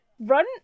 run